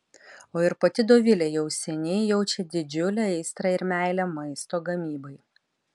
o ir pati dovilė jau seniai jaučia didžiulę aistrą ir meilę maisto gamybai